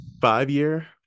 Five-year